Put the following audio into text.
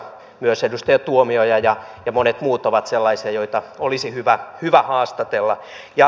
myös edustaja tuomioja ja monet muut ovat sellaisia joita olisi hyvä haastatella